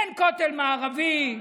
אין כותל מערבי,